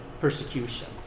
persecution